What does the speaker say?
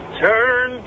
turn